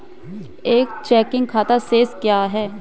एक चेकिंग खाता शेष क्या है?